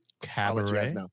cabaret